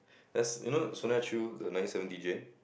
that's you know Sonia-Chew the nine eight seven D_J